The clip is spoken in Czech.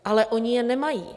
Ale oni je nemají.